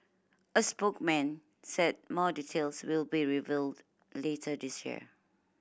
a spokesman said more details will be revealed later this year